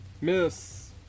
Miss